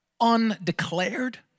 undeclared